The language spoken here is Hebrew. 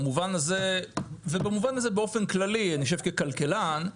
במובן הזה, באופן כללי, ככלכלן,